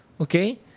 okay